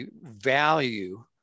value